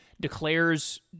declares